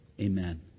amen